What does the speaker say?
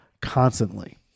constantly